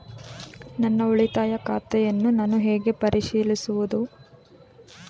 ನನ್ನ ಉಳಿತಾಯ ಖಾತೆಯನ್ನು ನಾನು ಹೇಗೆ ಪರಿಶೀಲಿಸುವುದು?